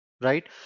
right